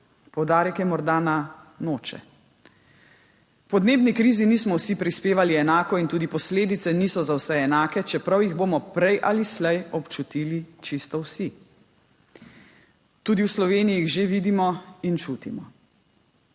Poudarek je morda na »noče«. K podnebni krizi nismo vsi prispevali enako in tudi posledice niso za vse enake, čeprav jih bomo prej ali slej občutili čisto vsi. Tudi v Sloveniji jih že vidimo in čutimo.